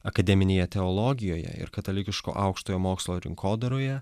akademinėje teologijoje ir katalikiško aukštojo mokslo rinkodaroje